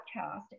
podcast